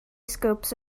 scopes